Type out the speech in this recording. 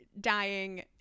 dying